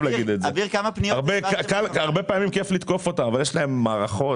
הרבה פעמים כיף לתקוף אותם אבל יש להם מערכות.